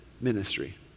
ministry